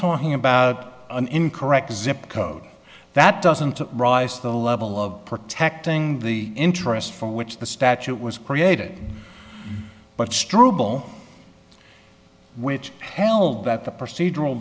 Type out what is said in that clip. talking about an incorrect zip code that doesn't rise to the level of protecting the interest from which the statute was created but struble which held that the procedural